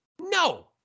No